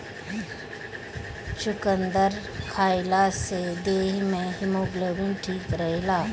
चुकंदर खइला से देहि में हिमोग्लोबिन ठीक रहेला